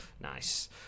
Nice